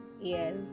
yes